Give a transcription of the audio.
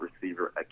Receiver